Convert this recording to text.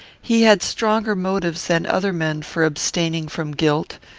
he had stronger motives than other men for abstaining from guilt,